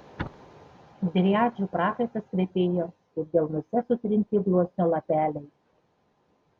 driadžių prakaitas kvepėjo kaip delnuose sutrinti gluosnio lapeliai